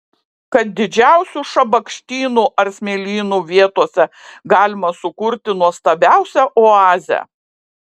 kad didžiausių šabakštynų ar smėlynų vietose galima sukurti nuostabiausią oazę